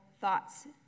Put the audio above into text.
thoughts